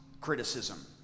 criticism